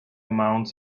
mounts